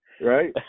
Right